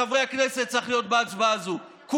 להיות לחברי הכנסת בהצבעה הזאת אחריות לאומית.